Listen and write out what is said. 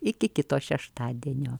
iki kito šeštadienio